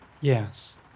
yes